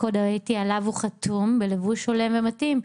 הקוד האתי שעליו הוא חתום בלבוש הולם ומתאים.